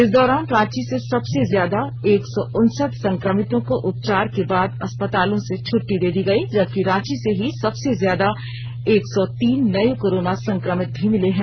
इस दौरान रांची से सबसे ज्यादा एक सौ उनसठ संक्रमितों को उपचार के बाद अस्पतालों से छुट्टी दे दी गई जबकि रांची से ही सबसे ज्यादा एक सौ तीन नए कोरोना संक्रमित भी मिले हैं